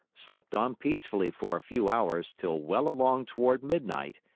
slept on peacefully for a few hours till well along toward midnight,